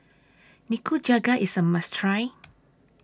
Nikujaga IS A must Try